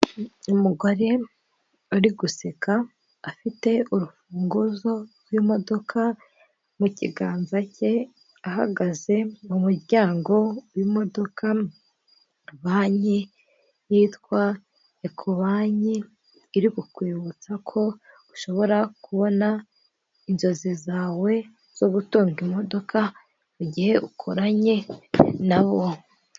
Umugore uri guseka afite urufunguzo rw'imodoka mu kiganza cye, ahagaze mu muryango wi'modoka, banki yitwa ekobanki iri kukwibutsa ko ushobora kubona inzozi zawe zo gutunga imodoka, mu gihe ukoranye na bo.